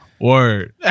Word